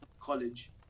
College